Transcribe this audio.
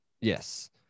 yes